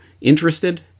interested